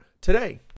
today